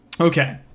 okay